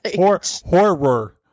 horror